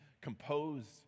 composed